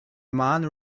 mind